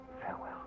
Farewell